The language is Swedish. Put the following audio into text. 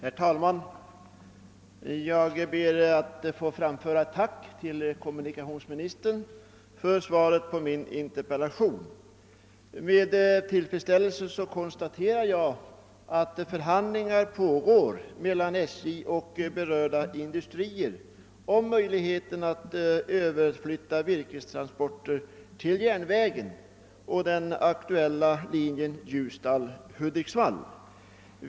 Herr talman! Jag ber att få framföra mitt tack till kommunikationsministern för svaret på min interpellation. Jag konstaterar med tillfredsställelse att förhandlingar pågår mellan SJ och berörda industrier om möjligheten att överflytta virkestransporter till järnvägen och till den aktuella linjen Ljusdal — Hudiksvall.